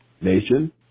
Nation